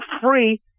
free